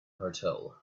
hotel